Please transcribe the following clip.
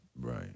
right